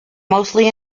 mostly